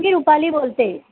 मी रुपाली बोलते